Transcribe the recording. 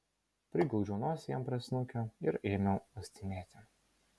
priglaudžiau nosį jam prie snukio ir ėmiau uostinėti